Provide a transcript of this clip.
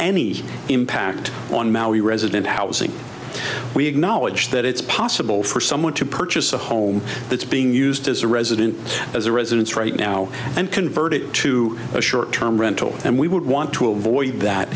any impact on maui resident housing we acknowledge that it's possible for someone to purchase a home that's being used as a resident as a residence right now and convert it to a short term rental and we would want to avoid that